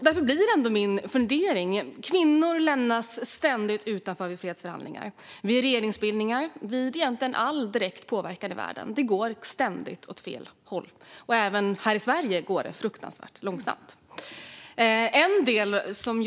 Därför blir min fundering denna: Kvinnor lämnas ständigt utanför vid fredsförhandlingar, vid regeringsbildningar och egentligen vid all direkt påverkan i världen. Det går ständigt åt fel håll. Även här i Sverige går det fruktansvärt långsamt.